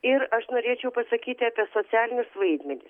ir aš norėčiau pasakyti apie socialinius vaidmenis